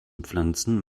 pflanzen